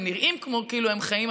הם נראים כאילו הם חיים,